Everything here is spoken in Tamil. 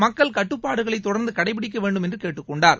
மக்கள் கட்டுப்பாடுகளை தொடர்ந்து கடைபிடிக்க வேண்டும் என்று கேட்டுக்கொண்டார்